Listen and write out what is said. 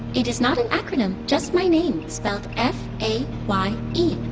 it is not an acronym, just my name, spelled f a y e.